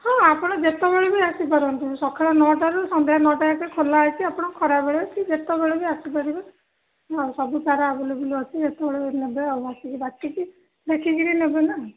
ହଁ ଆପଣ ଯେତେବେଳେ ବି ଆସିପାରନ୍ତି ସକାଳ ନଅଟାରୁ ସନ୍ଧ୍ୟା ନଅଟା ଯାକେ ଖୋଲା ହୋଇଛି ଆପଣ ଖରାବେଳେ କି ଯେତେବେଳେ ବି ଆସିପାରିବେ ଆଉ ସବୁ ଚାରା ଆଭେଲେବଲ୍ ଅଛି ଯେତେବେଳେ ନେବେ ଆଉ ଆସିକି ବାଛିକରି ଦେଖିକରି ନେବେନା